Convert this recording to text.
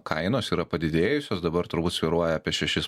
kainos yra padidėjusios dabar turbūt svyruoja apie šešis